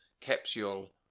capsule